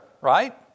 right